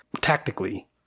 tactically